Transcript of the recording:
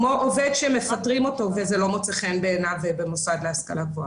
כמו עובד שמפטרים אותו וזה לא מוצא חן בעיניו במוסד להשכלה גבוהה.